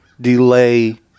delay